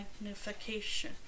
magnification